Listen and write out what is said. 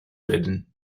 ridden